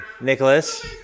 Nicholas